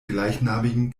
gleichnamigen